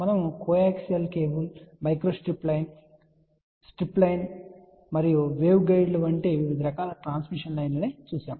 మనము coaxial cable microstrip line strip line మరియు వేవ్గైడ్లు వంటి వివిధ రకాల ట్రాన్స్మిషన్ లైన్ లను చూశాము